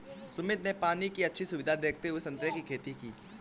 सुमित ने पानी की अच्छी सुविधा देखते हुए संतरे की खेती की